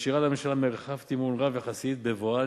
משאירה לממשלה מרחב תמרון רב יחסית בבואה